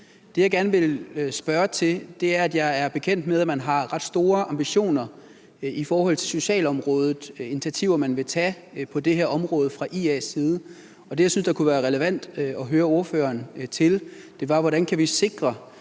Det, jeg vil gerne spørge om, er, at jeg er bekendt med, at man har ret store ambitioner i forhold til socialområdet og de initiativer, man fra IA's side vil tage på dette område, og det, jeg synes der kunne være relevant at høre ordføreren om, er, hvordan vi kan sikre,